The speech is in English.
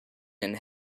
and